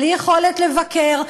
בלי יכולת לבקר,